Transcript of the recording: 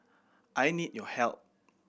I need your help